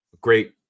great